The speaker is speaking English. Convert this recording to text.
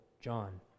John